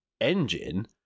engine